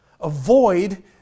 Avoid